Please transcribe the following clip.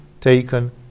taken